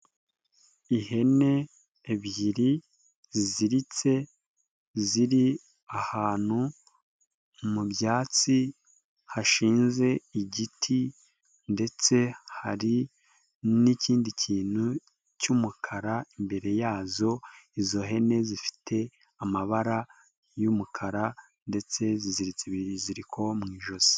Ihene ebyiri ziziritse ziri ahantu mu byatsi hashinze igiti ndetse hari n'ikindi kintu cy'umukara imbere yazo, izo hene zifite amabara y'umukara ndetse ziziritse ibiziriko mu ijosi.